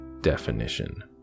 definition